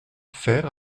faire